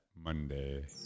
Monday